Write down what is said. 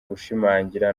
gushimangira